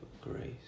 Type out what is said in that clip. grace